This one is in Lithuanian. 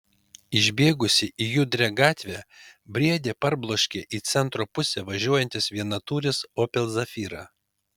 išbėgusį į judrią gatvę briedį parbloškė į centro pusę važiuojantis vienatūris opel zafira